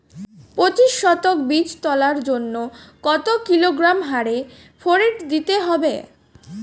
পঁচিশ শতক বীজ তলার জন্য কত কিলোগ্রাম হারে ফোরেট দিতে হবে?